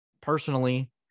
personally